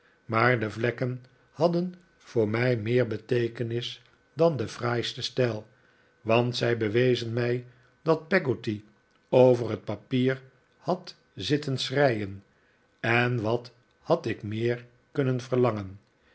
maar de vlekken hadden voor mij meer beteekenis dan de fraaiste stijl want zij bewezen mij dat peggotty over t papier had zitten schreien en wat had ik meer kunnen verlangen